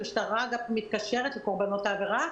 המשטרה מתקשרת לקורבנות העבירה,